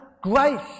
grace